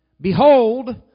Behold